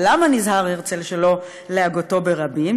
ולמה נזהר הרצל שלא להגותו ברבים?